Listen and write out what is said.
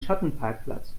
schattenparkplatz